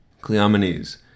Cleomenes